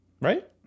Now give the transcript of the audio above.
right